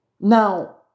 now